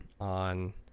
on